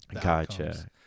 Gotcha